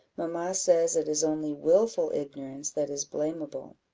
mamma says it is only wilful ignorance that is blameable.